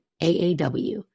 AAW